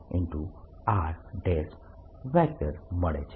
Jrમળે છે